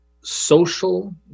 social